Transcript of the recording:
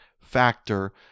factor